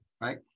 Right